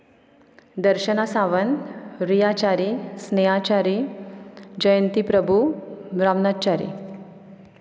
Darshana Sawant Riya Chari Sneha Chari Jayanti Prabhu Ramnath Chari